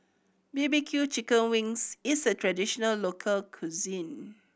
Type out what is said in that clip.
B B Q chicken wings is a traditional local cuisine